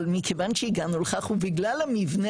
אבל מכיוון שהגענו לכך ובגלל המבנה